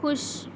خوش